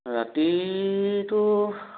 ৰাতিটো